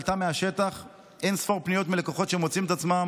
עלה מהשטח: אין-ספור פניות מלקוחות שמוצאים את עצמם